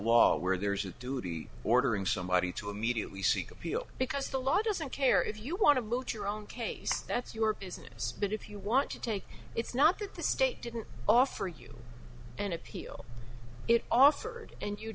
wall where there's a duty ordering somebody to immediately seek appeal because the law doesn't care if you want to move your own case that's europe is yes but if you want to take it's not that the state didn't offer you an appeal it offered and you